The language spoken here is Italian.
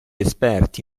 esperti